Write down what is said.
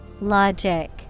Logic